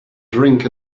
drink